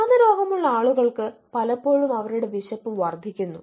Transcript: വിഷാദരോഗമുള്ള ആളുകൾക്ക് പലപ്പോഴും അവരുടെ വിശപ്പ് വർദ്ധിക്കുന്നു